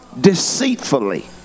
deceitfully